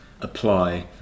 apply